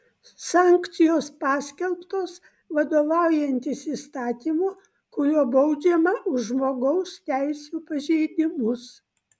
sankcijos paskelbtos vadovaujantis įstatymu kuriuo baudžiama už žmogaus teisių pažeidimus